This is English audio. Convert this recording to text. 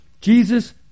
Jesus